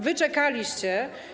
Wy czekaliście.